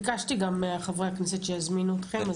ביקשתי גם מחברי הכנסת שיזמינו אתכם,